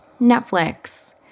Netflix